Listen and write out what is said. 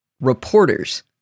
Reporters